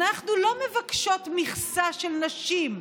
אנחנו לא מבקשות מכסה של נשים,